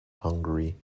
hungary